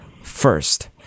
first